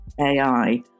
AI